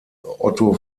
otto